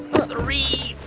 three,